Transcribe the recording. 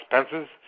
expenses